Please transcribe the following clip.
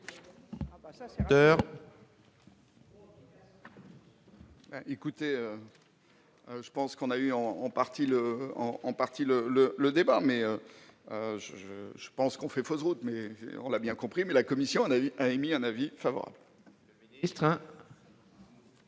la commission a émis un avis favorable